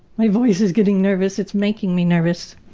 my voice is getting nervous. it's making me nervous.